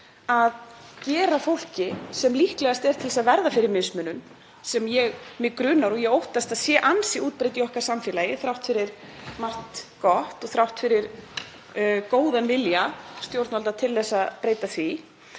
að gera fólki sem líklegast er til að verða fyrir mismunun, sem mig grunar og ég óttast að sé ansi útbreidd í okkar samfélagi þrátt fyrir margt gott og þrátt fyrir góðan vilja stjórnvalda til að breyta því,